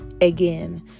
again